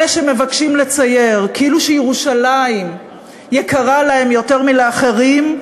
אלה שמבקשים לצייר שכאילו ירושלים יקרה להם יותר מלאחרים,